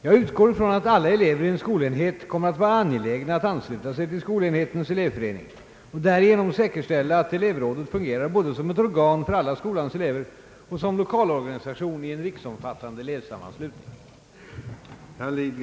Jag utgår ifrån att alla elever i en skolenhet kommer att vara angelägna att ansluta sig till skolenhetens elevförening och därigenom säkerställa att elevrådet fungerar både som ett organ för alla skolans elever och som lokalorganisation i en riksomfattande elevsammanslutning.